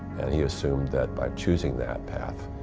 and he assumed that by choosing that path,